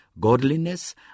Godliness